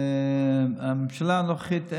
הממשלה הנוכחית,